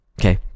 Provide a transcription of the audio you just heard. Okay